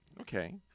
Okay